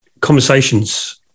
conversations